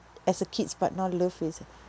as a kids but now love is